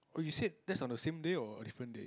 oh you said that's on the same day or different day